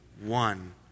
one